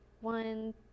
One